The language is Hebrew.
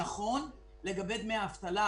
לכן ראוי ונכון לתקן את העיוותים האלה,